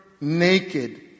naked